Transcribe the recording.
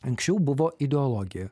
anksčiau buvo ideologija